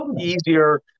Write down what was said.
easier